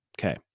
Okay